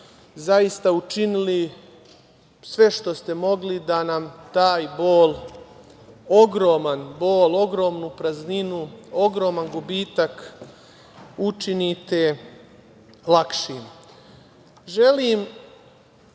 zaista učinili sve što ste mogli da nam taj bol, ogroman bol, ogromnu prazninu, ogroman gubitak učinite lakšim. Želim